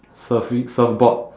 surfi~ surfboard